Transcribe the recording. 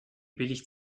billig